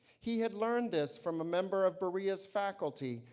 he had learned this from a member of berea's faculty,